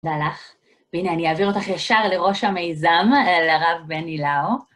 תודה לך, והנה אני אעביר אותך ישר לראש המיזם, לרב בני לאו.